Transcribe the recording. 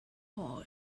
hall